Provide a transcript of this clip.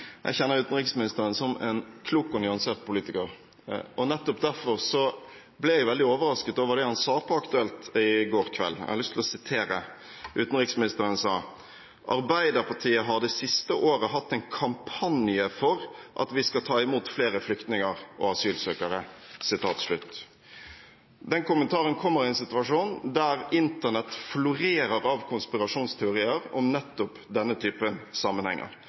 Jeg kjenner utenriksministeren som en klok og nyansert politiker, og nettopp derfor ble jeg veldig overrasket over det han sa på Aktuelt i går kveld. Jeg har lyst til å sitere. Utenriksministeren sa: «Arbeiderpartiet har det siste året hatt en kampanje for at vi skal ta imot flere flyktninger og asylsøkere i Norge.» Den kommentaren kommer i en situasjon der Internett florerer av konspirasjonsteorier om nettopp denne typen sammenhenger.